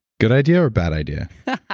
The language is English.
good idea or bad idea? yeah